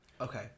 Okay